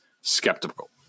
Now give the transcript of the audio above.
skeptical